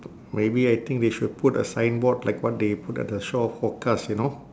maybe I think they should put a signboard like what they put at the shore forecast you know